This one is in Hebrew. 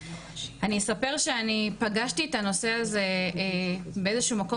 אני אספר שאני פגשתי את הנושא הזה באיזה שהוא מקום